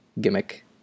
gimmick